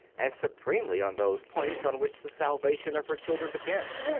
and supremely on those points on which the salvation of her children depends.